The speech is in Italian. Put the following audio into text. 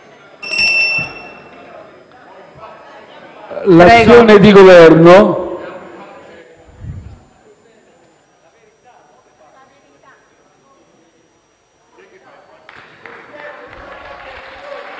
L'azione di Governo